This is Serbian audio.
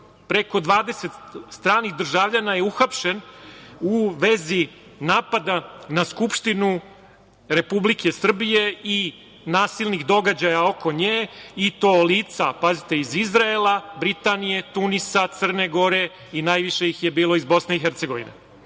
preko 20 stranih državljana je uhapšen u vezi napada na Skupštinu Republike Srbije i nasilnih događaja oko nje i to lica iz Izraela, Britanije, Tunisa, Crne Gore i najviše ih je bilo iz BiH.